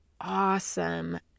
awesome